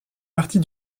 partie